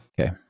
Okay